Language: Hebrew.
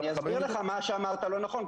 אני אסביר לך מה שאמרת לא נכון,